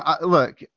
look